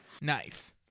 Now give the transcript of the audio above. Nice